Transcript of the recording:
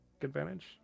advantage